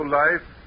life